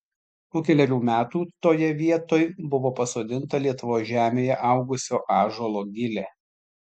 po kelerių metų toje vietoj buvo pasodinta lietuvos žemėje augusio ąžuolo gilė